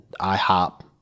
IHOP